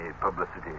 publicity